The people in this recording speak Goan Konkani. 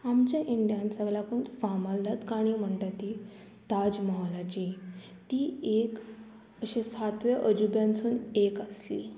आमच्या इंडियान सगळ्याकून फामलदाद काणी म्हणटा ती ताजमहालाची ती एक अशें सातव्या अजुब्यासून एक आसली